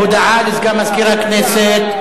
הודעה לסגן מזכיר הכנסת.